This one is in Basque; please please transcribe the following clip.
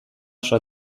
oso